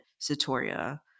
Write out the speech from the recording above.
Satoria